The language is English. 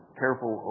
careful